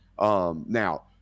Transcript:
Now